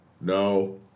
No